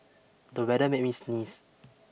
the weather made me sneeze